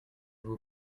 vous